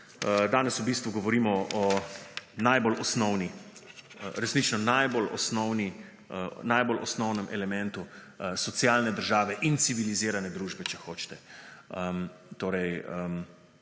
Danes v bistvu govorimo o najbolj osnovni, resnično najbolj osnovnem elementu socialne države in civilizirane družbe, če hočete,